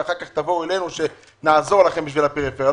ואחר כך תבואו אלינו כדי שנעזור לכם בשביל הפריפריה.